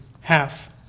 half